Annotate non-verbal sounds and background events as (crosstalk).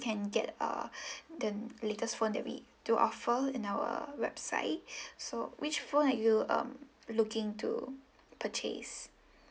can get err (breath) the latest phone that we do offer in our website (breath) so which phone are you um looking to purchase